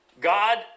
God